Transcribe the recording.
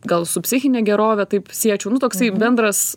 gal su psichine gerove taip siečiau nu toksai bendras